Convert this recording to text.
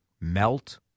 Melt